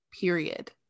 Period